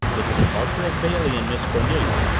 with the departure of bailey and miss cornelia,